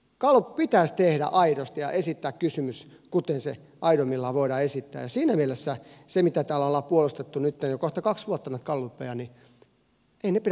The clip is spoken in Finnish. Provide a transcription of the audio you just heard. gallup pitäisi tehdä aidosti ja esittää kysymys kuten se aidoimmillaan voidaan esittää ja siinä mielessä nämä gallupit mitä täällä on puolustettu jo kohta kaksi vuotta eivät pidä paikkaansa